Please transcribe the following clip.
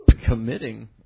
committing